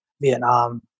Vietnam